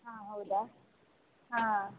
ಹಾಂ ಹೌದಾ ಹಾಂ